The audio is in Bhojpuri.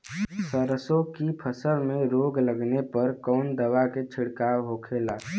सरसों की फसल में रोग लगने पर कौन दवा के छिड़काव होखेला?